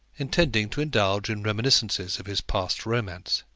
intending to indulge in reminiscences of his past romance.